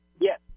Yes